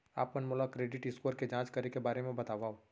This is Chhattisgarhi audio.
आप मन मोला क्रेडिट स्कोर के जाँच करे के बारे म बतावव?